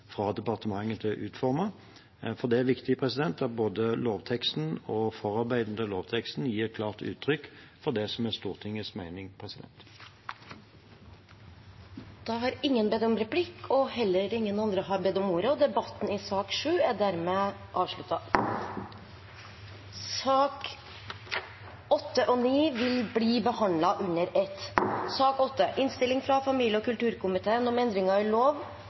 fra departementet til å utforme. Det er viktig at både lovteksten og forarbeidene til lovteksten gir klart uttrykk for det som er Stortingets mening. Flere har ikke bedt om ordet i sak nr. 7. Sakene nr. 8 og 9 vil bli behandlet under ett. Etter ønske fra familie- og kulturkomiteen vil presidenten ordne debatten slik: 5 minutter til saksordfører, 3 minutter til hver av de øvrige partigruppene og